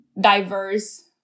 diverse